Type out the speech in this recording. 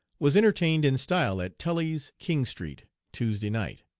was entertained in style at tully's, king street, tuesday night.